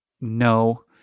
No